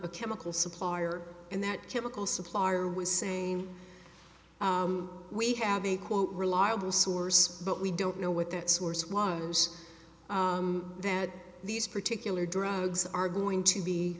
a chemical supplier and that chemical supplier was saying we have a quote reliable source but we don't know what that source wires that these particular drugs are going to be